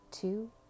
two